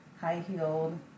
high-heeled